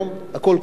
הכול כלול,